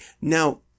Now